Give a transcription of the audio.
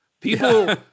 people